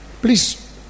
Please